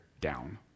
down